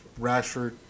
Rashford